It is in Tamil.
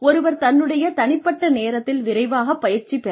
ஒருவர் தன்னுடைய தனிப்பட்ட நேரத்தில் விரைவாக பயிற்சி பெறலாம்